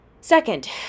Second